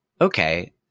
Okay